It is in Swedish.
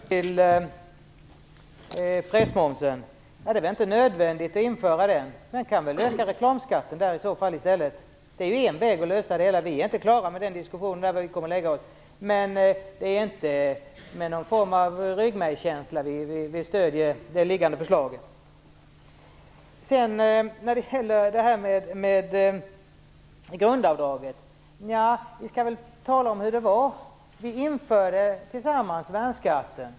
Fru talman! Först till frågan om pressmomsen. Det är inte nödvändigt att införa den. Man kan i så fall i stället öka reklamskatten. Det är en väg att lösa det hela. Vi är inte klara med diskussionen om var vi kommer att hamna. Men det är inte med någon form av ryggmärgskänsla vi stödjer det liggande förslaget. Sedan till frågan om grundavdraget. Vi skall tala om hur det var. Vi införde tillsammans värnskatten.